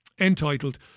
entitled